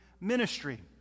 ministry